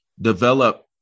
develop